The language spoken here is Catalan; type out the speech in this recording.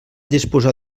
disposar